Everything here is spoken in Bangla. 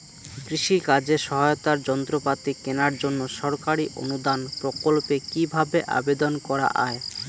কৃষি কাজে সহায়তার যন্ত্রপাতি কেনার জন্য সরকারি অনুদান প্রকল্পে কীভাবে আবেদন করা য়ায়?